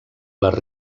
les